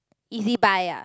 Easybuy ah